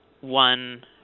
one